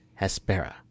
Hespera